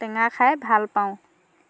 টেঙা খাই ভাল পাওঁ